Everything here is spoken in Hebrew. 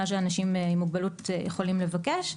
מה שאנשים עם מוגבלות יכולים לבקש,